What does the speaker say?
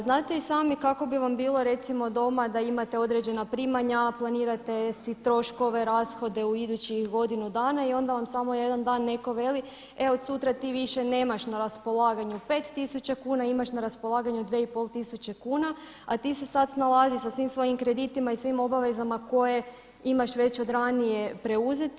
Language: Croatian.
Znate i sami kako bi vam bilo recimo doma da imate određena primanja, planirate si troškove, rashode u idućih godinu dana i onda vam samo jedan dan neko veli, e od sutra ti više nemaš na raspolaganju 5.000 kuna, imaš na raspolaganju 2.500 kuna a ti se sada snalazi sa svim svojim kreditima i svim obavezama koje imaš već od ranije preuzeti.